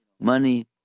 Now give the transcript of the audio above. Money